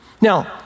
Now